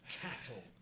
cattle